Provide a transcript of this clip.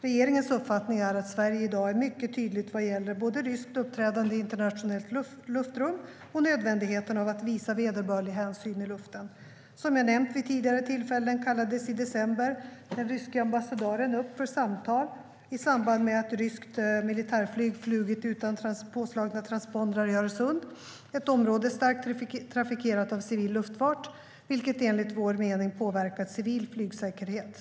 Regeringens uppfattning är att Sverige i dag är mycket tydligt vad gäller både ryskt uppträdande i internationellt luftrum och nödvändigheten av att visa vederbörlig hänsyn i luften. Som jag har nämnt vid tidigare tillfällen kallades i december den ryske ambassadören upp för samtal i samband med att ryskt militärflyg flugit utan påslagna transpondrar i Öresund - ett område starkt trafikerat av civil luftfart - vilket enligt vår mening påverkat civil flygsäkerhet.